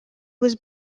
was